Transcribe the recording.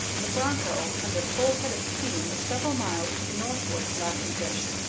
the broncho, under full head of steam, was several miles to the northward of laughing fish,